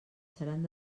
seran